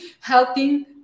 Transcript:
helping